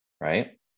right